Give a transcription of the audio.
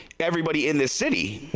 everybody in this city.